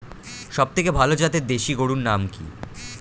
সবথেকে ভালো জাতের দেশি গরুর নাম কি?